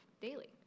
daily